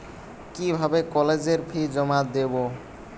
কিভাবে কলেজের ফি জমা দেবো?